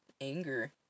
anger